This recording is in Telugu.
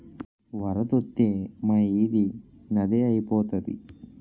వరదొత్తే మా ఈది నదే ఐపోతాది